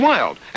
Wild